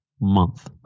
month